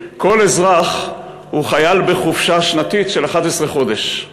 "כל אזרח הוא חייל בחופשה שנתית של 11 חודש";